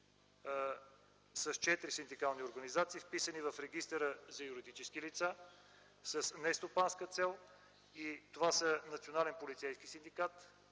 са четири синдикални организации, вписани в Регистъра за юридически лица с нестопанска цел. Това са